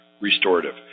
restorative